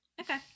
Okay